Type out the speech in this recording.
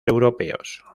europeos